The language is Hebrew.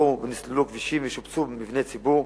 פותחו ונסללו כבישים ושופצו מבני ציבור,